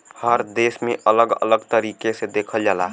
हर देश में अलग अलग तरीके से देखल जाला